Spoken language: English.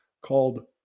called